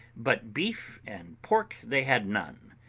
but beef and pork they had none.